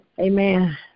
Amen